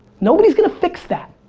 nobody's gonna fix that.